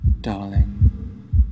darling